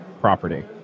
property